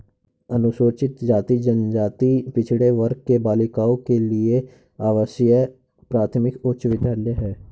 अनुसूचित जाति जनजाति पिछड़े वर्ग की बालिकाओं के लिए आवासीय प्राथमिक उच्च विद्यालय है